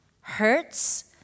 hurts